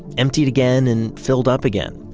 emptied again and filled up again,